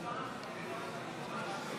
ההצבעה: 50 בעד,